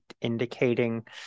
indicating